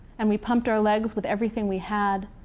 and we pumped our legs with everything we had,